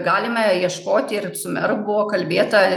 galime ieškoti ir su meru buvo kalbėta